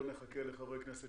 לא נחכה לחברי כנסת